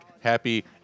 happy